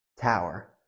tower